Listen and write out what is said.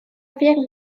уверен